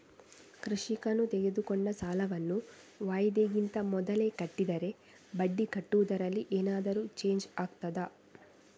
ಕೃಷಿಕನು ತೆಗೆದುಕೊಂಡ ಸಾಲವನ್ನು ವಾಯಿದೆಗಿಂತ ಮೊದಲೇ ಕಟ್ಟಿದರೆ ಬಡ್ಡಿ ಕಟ್ಟುವುದರಲ್ಲಿ ಏನಾದರೂ ಚೇಂಜ್ ಆಗ್ತದಾ?